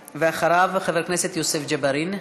ואחריו, חבר הכנסת יוסף ג'בארין.